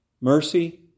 mercy